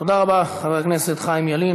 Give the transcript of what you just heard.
תודה רבה, חבר הכנסת חיים ילין.